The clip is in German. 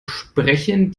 sprechen